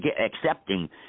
accepting